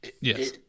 Yes